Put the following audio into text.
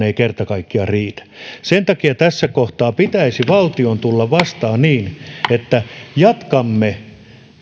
ei vain kerta kaikkiaan riitä sen takia tässä kohtaa pitäisi valtion tulla vastaan niin että jatkamme